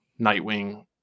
Nightwing